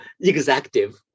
executive